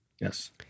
Yes